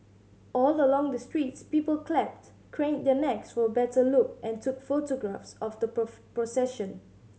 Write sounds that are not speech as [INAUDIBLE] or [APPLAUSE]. all along the streets people clapped craned their necks for a better look and took photographs of the [UNINTELLIGIBLE] procession